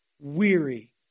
weary